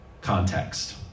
context